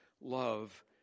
Love